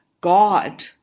God